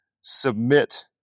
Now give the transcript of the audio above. submit